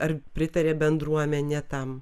ar pritarė bendruomenė tam